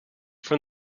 from